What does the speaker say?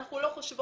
זה לא נכון.